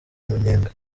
umunyenga